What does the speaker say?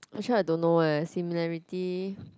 actually I don't know eh similarity